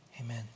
amen